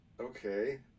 Okay